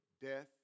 death